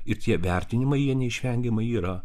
ir tie vertinimai jie neišvengiamai yra